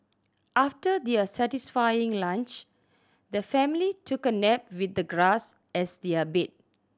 after their satisfying lunch the family took a nap with the grass as their bed